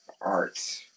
art